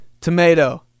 tomato